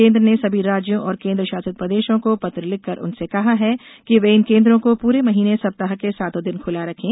केंद्र ने सभी राज्यों और केंद्रशासित प्रदेशों को पत्र लिखकर उनसे कहा है कि वे इन केंद्रों को पूरे महीने सप्ताह के सातों दिन खुला रखें